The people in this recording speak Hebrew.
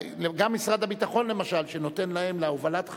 גם משרד הביטחון, למשל, שנותן להם להובלת חיילים,